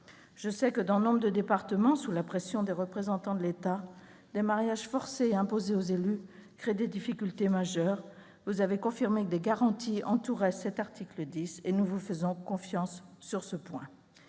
Je sais que, dans nombre de départements, sous la pression des représentants de l'État, des mariages forcés et imposés aux élus créent des difficultés majeures. Vous avez confirmé que des garanties entouraient l'article 10. Nous vous faisons confiance sur ce point.